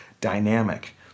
dynamic